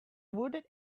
wooded